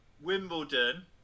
Wimbledon